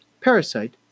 Parasite